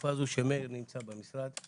שבתקופה הזו שמאיר נמצא במשרד,